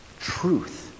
Truth